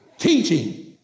teaching